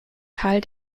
karl